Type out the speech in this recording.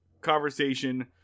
conversation